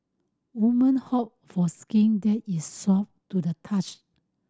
women hope for skin that is soft to the touch